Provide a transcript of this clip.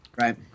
Right